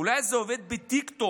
אולי זה עובד בטיקטוק,